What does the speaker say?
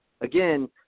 again